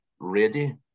ready